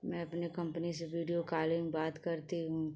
मैं अपने कम्पनी से वीडियो कालिंग बात करती हूँ